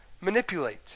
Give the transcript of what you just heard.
manipulate